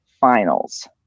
finals